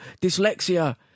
dyslexia